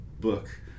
book